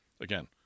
Again